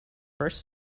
first